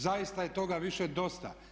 Zaista je toga više dosta.